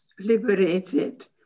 liberated